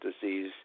disease